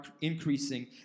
increasing